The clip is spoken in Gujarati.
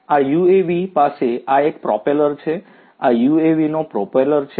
આ યુએવી પાસે આ એક પ્રોપેલર છે આ યુએવીનો પ્રોપેલર છે